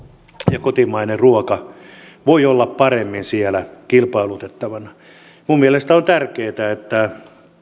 ja kotimainen ruoka voivat olla paremmin siellä kilpailutettavana minun mielestäni on tärkeätä että